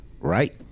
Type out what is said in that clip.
right